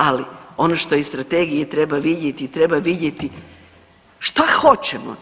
Ali ono što u strategiji treba vidjeti, treba vidjeti šta hoćemo.